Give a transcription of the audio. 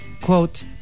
quote